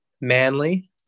Manly